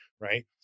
right